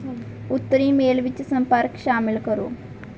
ਉੱਤਰੀ ਮੇਲ ਵਿਚ ਸੰਪਰਕ ਸ਼ਾਮਿਲ ਕਰੋ